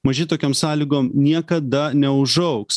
maži tokiom sąlygom niekada neužaugs